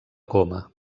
coma